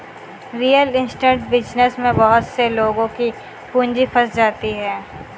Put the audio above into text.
real estate business में बहुत से लोगों की पूंजी फंस जाती है